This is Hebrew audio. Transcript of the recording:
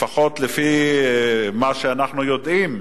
לפחות לפי מה שאנחנו יודעים,